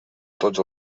tots